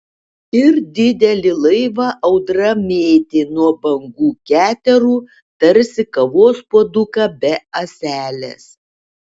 ir didelį laivą audra mėtė nuo bangų keterų tarsi kavos puoduką be ąselės